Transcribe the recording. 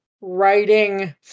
writing